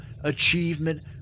achievement